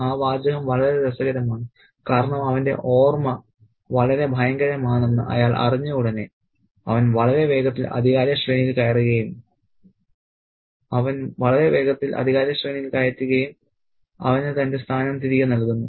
ആ വാചകം വളരെ രസകരമാണ് കാരണം അവന്റെ ഓർമ്മ വളരെ ഭയങ്കരമാണെന്ന് അയാൾ അറിഞ്ഞയുടനെ അവൻ വളരെ വേഗത്തിൽ അധികാര ശ്രേണിയിൽ കയറ്റുകയും അവന് തന്റെ സ്ഥാനം തിരികെ നൽകുന്നു